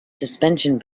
suspension